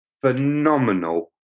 phenomenal